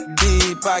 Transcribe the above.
deep